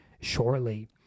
shortly